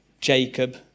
Jacob